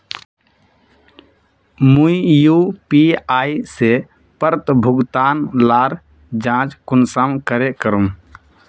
मुई यु.पी.आई से प्राप्त भुगतान लार जाँच कुंसम करे करूम?